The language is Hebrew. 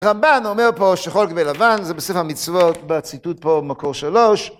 רמב"ן אומר פה שחור על גבי לבן זה בספר המצוות בציטוט פה במקור שלוש